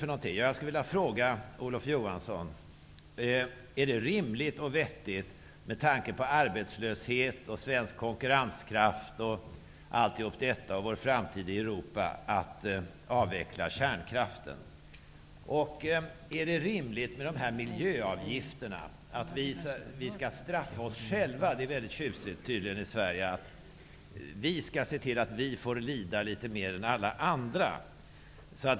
Jag skulle vilja ställa några frågor till Olof Johansson. Är det rimligt och vettigt, med tanke på arbetslöshet, svensk konkurrenskraft och vår framtid i Europa, att avveckla kärnkraften? Är det rimligt med miljöavgifter, att vi skall straffa oss själva? Det anses tydligen väldigt tjusigt i Sverige att vi skall se till att vi får lida litet mer än alla andra.